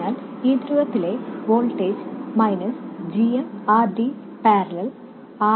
അതിനാൽ ഈ ധ്രുവത്തിലെ voltage minus g m RD parallel RL ഗുണനം Vs ആണ്